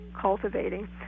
cultivating